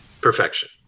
perfection